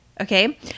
Okay